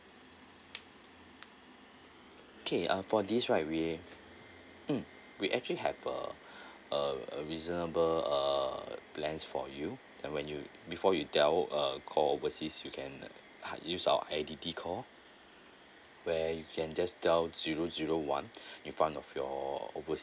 okay uh for this right right we mm we actually have a a reasonable uh plans for you and when you before you dial uh call overseas you can use our I_D_D call where you can just dial zero zero one in front of your over~